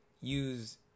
use